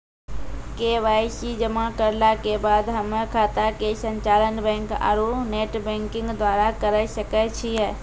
KYC जमा करला के बाद हम्मय खाता के संचालन बैक आरू नेटबैंकिंग द्वारा करे सकय छियै?